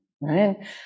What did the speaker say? right